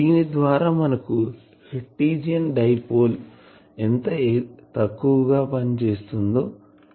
దీని ద్వారా మనకు హెర్టీజియాన్ డై పోల్ ఎంత తక్కువగా పని చేస్తుందో తెలుపుతుంది